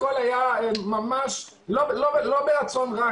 לא מתוך רצון רע